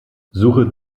suche